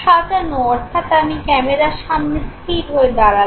সাজানো অর্থাৎ আমি ক্যামেরার সামনে স্থির হয়ে দাঁড়ালাম